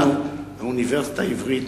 באוניברסיטה העברית,